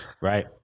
Right